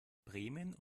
bremen